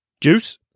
juice